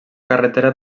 carretera